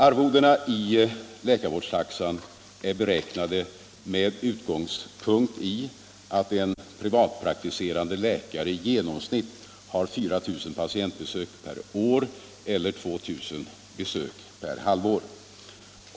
Arvodena i läkarvårdstaxan är beräknade med utgångspunkt i att en privatpraktiserande läkare i genomsnitt har 4 000 patientbesök per år eller 2000 besök per halvår.